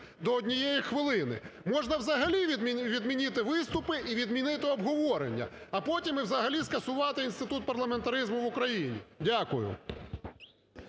до однієї хвилини. Можна взагалі відмінити виступи і відмінити обговорення, а потім і взагалі скасувати інститут парламентаризму в Україні. Дякую.